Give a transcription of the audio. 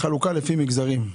חלוקה לפי מגזרים,